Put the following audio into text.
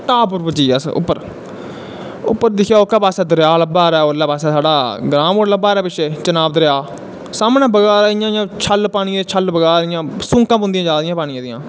top उप्पर पुज्जी गे अस उप्पर उप्पर दिक्खेआ ओह्कै पास्सै दरिया लब्भा' रै उरलै पास्सै साढ़ा ग्रांऽमोड़ लब्भा 'रै पिच्छें चनाब दरिया सामनैं इयां पानियें दे छल्ल बगा करन इयां सूंकां पौंदियां जा दियां हियां पानियें दियां